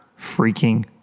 freaking